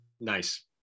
nice